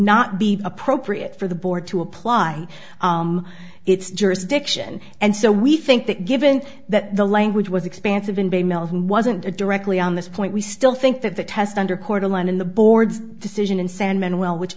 not be appropriate for the board to apply its jurisdiction and so we think that given that the language was expansive in by a male who wasn't a directly on this point we still think that the test under court a line in the board's decision in sandman well which